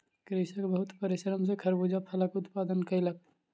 कृषक बहुत परिश्रम सॅ खरबूजा फलक उत्पादन कयलक